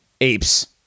apes